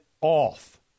off